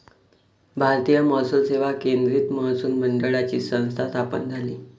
भारतीय महसूल सेवा केंद्रीय महसूल मंडळाची संस्था स्थापन झाली